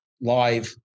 live